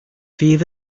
fydd